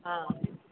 ହଁ